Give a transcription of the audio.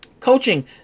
Coaching